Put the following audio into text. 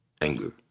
anger